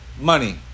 money